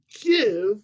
give